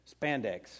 spandex